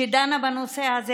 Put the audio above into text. שדנה בנושא הזה,